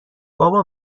بابا